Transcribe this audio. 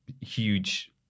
huge